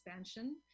expansion